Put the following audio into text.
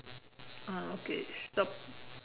ah okay shop